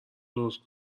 درست